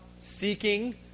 seeking